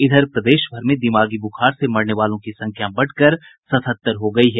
इधर प्रदेशभर में दिमागी बुखार से मरने वालों की संख्या बढ़कर सत्तहतर हो गई है